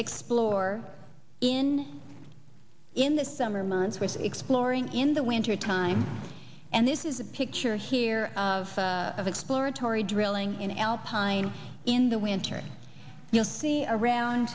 explore in in the summer months with exploring in the wintertime and this is a picture here of of exploratory drilling in alpine in the winter you'll see around